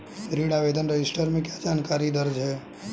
ऋण आवेदन रजिस्टर में क्या जानकारी दर्ज है?